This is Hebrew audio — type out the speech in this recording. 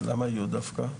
למה כיתות י' דווקא?